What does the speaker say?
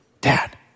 dad